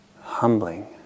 humbling